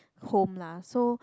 home lah so